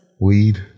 Weed